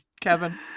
Kevin